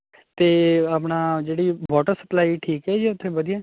ਅਤੇ ਆਪਣਾ ਜਿਹੜੀ ਵਾਟਰ ਸਪਲਾਈ ਠੀਕ ਹੈ ਜੀ ਉੱਥੇ ਵਧੀਆ